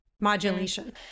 modulation